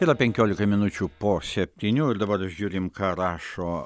yra penkiolika minučių po septynių ir dabar žiūrim ką rašo